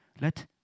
let